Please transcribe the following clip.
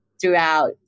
throughout